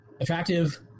attractive